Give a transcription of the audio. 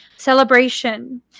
Celebration